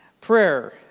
prayer